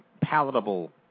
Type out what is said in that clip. palatable